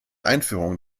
einführung